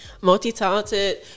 multi-talented